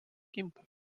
gimpo